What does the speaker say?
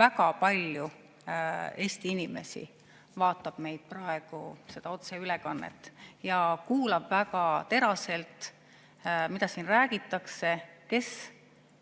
väga palju Eesti inimesi vaatab praegu seda otseülekannet ja kuulab väga teraselt, mida siin räägitakse, kes